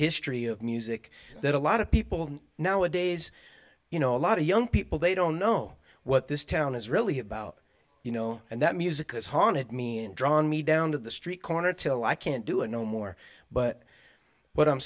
history of music that a lot of people nowadays you know a lot of young people they don't know what this town is really about you know and that music has haunted me and drawn me down to the street corner till i can't do it no more but what i'm